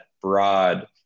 broad